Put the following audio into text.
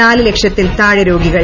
നാല് ലക്ഷത്തിൽ താഴെ രോഗികൾ